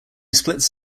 splits